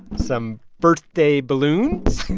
some birthday balloons.